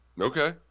Okay